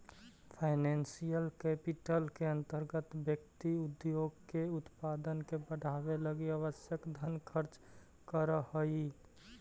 financial capital के अंतर्गत व्यक्ति उद्योग के उत्पादन के बढ़ावे लगी आवश्यक धन खर्च करऽ हई